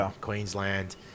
Queensland